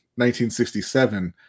1967